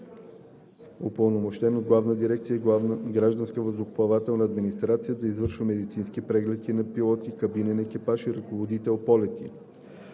упълномощен от Главна дирекция „Гражданска въздухоплавателна администрация“ да извършва медицински прегледи на пилоти, кабинен екипаж и ръководител полети